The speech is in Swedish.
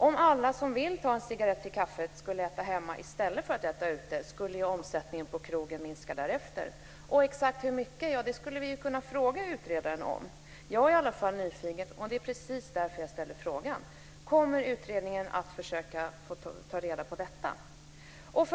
Om alla som vill ta en cigarett till kaffet åt hemma i stället för att äta ute skulle omsättningen på krogen minska därefter. Exakt hur mycket skulle vi kunna fråga utredaren om. Jag är i alla fall nyfiken, och det är just därför som jag frågar. Kommer alltså utredningen att försöka ta reda på detta? 3.